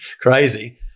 crazy